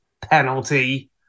penalty